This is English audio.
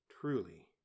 truly